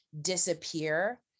disappear